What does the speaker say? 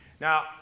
Now